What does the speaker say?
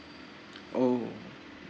oh